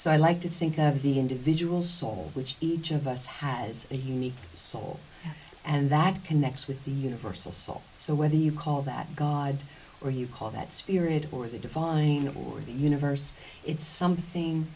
so i like to think of the individual soul which each of us has a unique soul and that connects with the universal soul so whether you call that god or you call that spirit or the divine or the universe it's something